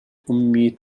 أمي